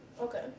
Okay